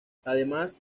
además